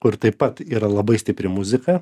kur taip pat yra labai stipri muzika